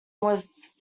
was